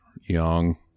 young